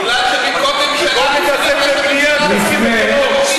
כי במקום ממשלה רצינית יש שם ממשלה של טרור.